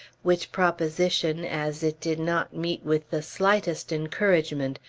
which proposition, as it did not meet with the slightest encouragement,